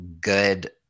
good